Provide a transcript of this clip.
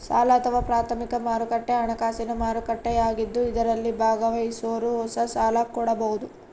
ಸಾಲ ಅಥವಾ ಪ್ರಾಥಮಿಕ ಮಾರುಕಟ್ಟೆ ಹಣಕಾಸಿನ ಮಾರುಕಟ್ಟೆಯಾಗಿದ್ದು ಇದರಲ್ಲಿ ಭಾಗವಹಿಸೋರು ಹೊಸ ಸಾಲ ಕೊಡಬೋದು